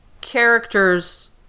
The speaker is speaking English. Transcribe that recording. characters